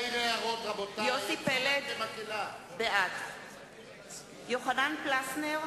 יוסי פלד, בעד יוחנן פלסנר,